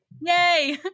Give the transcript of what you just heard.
Yay